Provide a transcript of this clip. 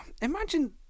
imagine